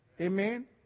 Amen